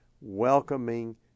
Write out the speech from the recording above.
welcoming